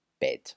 bed